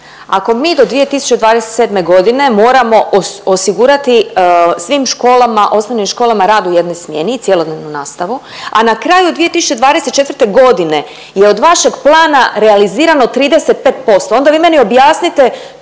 Ako mi do 2027. godine moramo osigurati svim školama, osnovnim školama rad u jednoj smjeni i cjelodnevnu nastavu, a na kraju 2024. godine je od vašeg plana realizirano 35% onda vi meni objasnite